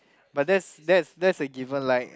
but that's that's that's a given like